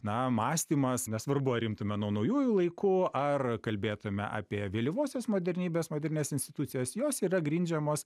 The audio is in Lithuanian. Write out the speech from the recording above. na mąstymas nesvarbu ar imtume nuo naujųjų laikų ar kalbėtume apie vėlyvosios modernybės modernias institucijas jos yra grindžiamos